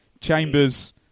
Chambers